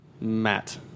Matt